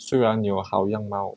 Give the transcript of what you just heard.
虽然你有好样貌